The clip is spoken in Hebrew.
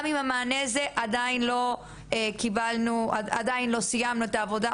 גם אם המענה הוא חלקי או "עדיין לא סיימנו את העבודה",